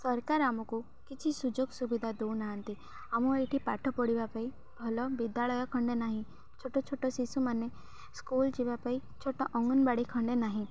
ସରକାର ଆମକୁ କିଛି ସୁଯୋଗ ସୁବିଧା ଦେଉନାହାନ୍ତି ଆମ ଏଠି ପାଠ ପଢ଼ିବା ପାଇଁ ଭଲ ବିଦ୍ୟାଳୟ ଖଣ୍ଡେ ନାହିଁ ଛୋଟ ଛୋଟ ଶିଶୁମାନେ ସ୍କୁଲ ଯିବା ପାଇଁ ଛୋଟ ଅଙ୍ଗନବାଡ଼ି ଖଣ୍ଡେ ନାହିଁ